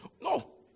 no